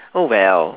well